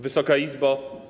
Wysoka Izbo!